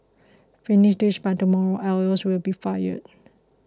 finish this by tomorrow or else you'll be fired